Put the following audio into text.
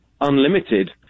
unlimited